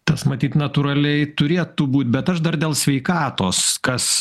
tas matyt natūraliai turėtų būt bet aš dar dėl sveikatos kas